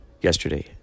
yesterday